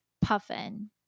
Puffin